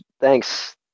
thanks